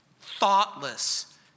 thoughtless